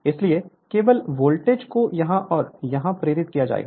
इसलिए केवल वोल्टेज को यहां और यहां प्रेरित किया जाएगा